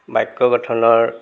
বাক্য় গঠনৰ